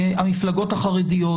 המפלגות החרדיות,